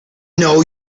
know